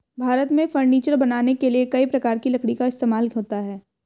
भारत में फर्नीचर बनाने के लिए कई प्रकार की लकड़ी का इस्तेमाल होता है